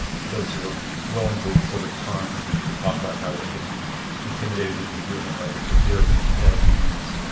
those who were willing to sort of turn to to talk about how they had been intimidated into doing it for fear of being kicked out of unions.